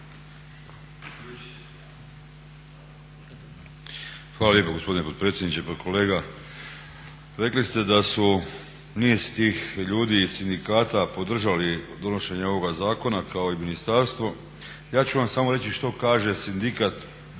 Hvala lijepo gospodine potpredsjedniče. Pa kolega,